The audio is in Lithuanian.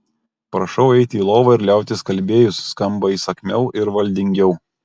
prašau eiti į lovą ir liautis kalbėjus skamba įsakmiau ir valdingiau